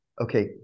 okay